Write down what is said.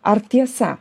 ar tiesa